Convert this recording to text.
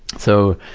so,